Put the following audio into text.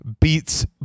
beats